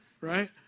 Right